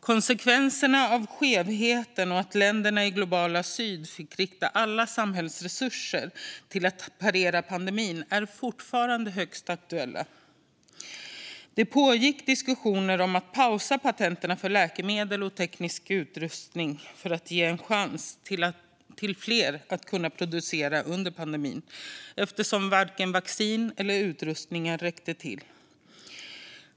Konsekvenserna av skevheten och att länderna i globala syd fick rikta alla samhällsresurser mot att parera pandemin är fortfarande högst aktuella. Det pågick diskussioner om att pausa patenten för läkemedel och teknisk utrustning för att ge fler en chans att producera under pandemin, eftersom varken vaccin eller utrustningar räckte till.